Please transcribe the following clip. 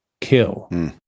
kill